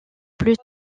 plus